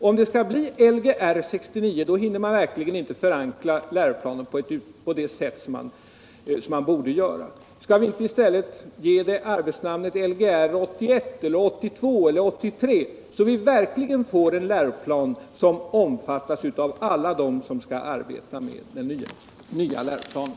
Om det skall bli så hinner man verkligen inte förankra läroplanen på det sätt som man borde göra! Låt arbetsnamnet vara Lgr 81, Lgr 82 eller Lgr 83, så att vi verkligen får en läroplan som omfattas av alla dem som skall arbeta med den.